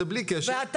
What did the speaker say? זה בלי קשר --- אגב,